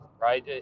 right